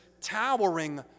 towering